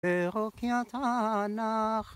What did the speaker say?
פרוק ית ענך